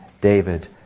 David